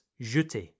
jeter